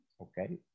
Okay